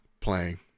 playing